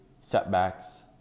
setbacks